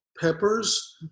peppers